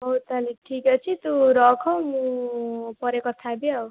ହଉ ତା'ହେଲେ ଠିକ୍ ଅଛି ତୁ ରଖ ମୁଁ ପରେ କଥା ହେବି ଆଉ